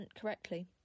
correctly